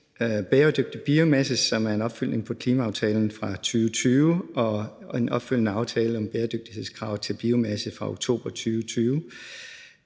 bæredygtig biomasse, og det er som en opfølgning på klimaaftalen fra 2020 og er en opfølgning på aftale om bæredygtighedskrav til biomasse fra oktober 2020,